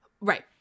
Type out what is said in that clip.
Right